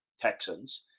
texans